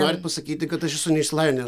nori pasakyti kad aš esu neišsilavinę